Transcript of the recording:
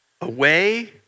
Away